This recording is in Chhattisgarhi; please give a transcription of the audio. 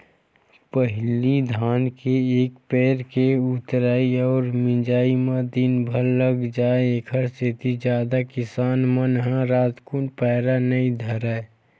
पहिली धान के एक पैर के ऊतरई अउ मिजई म दिनभर लाग जाय ऐखरे सेती जादा किसान मन ह रातकुन पैरा नई धरय